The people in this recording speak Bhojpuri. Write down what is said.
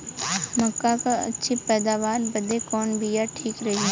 मक्का क अच्छी पैदावार बदे कवन बिया ठीक रही?